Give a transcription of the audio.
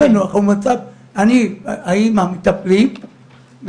אני והאמא מטפלים,